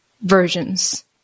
versions